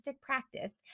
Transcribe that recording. practice